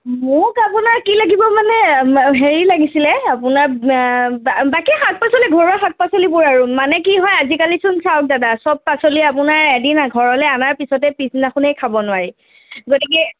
মোক আপোনাৰ কি লাগিব মানে হেৰি লাগিছিলে আপোনাৰ বাকী শাক পাচলি ঘৰৰ শাক পাচলিবোৰ আৰু মানে কি হয় আজিকালিচোন চাওক দাদা চব পাচলি আপোনাৰ এদিন ঘৰলৈ অনাৰ পিছতে পিছদিনাখনেই খাব নোৱাৰি গতিকে